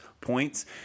points